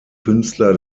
künstler